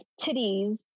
titties